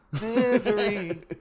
Misery